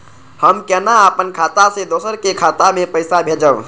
हम केना अपन खाता से दोसर के खाता में पैसा भेजब?